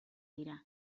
dira